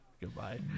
Goodbye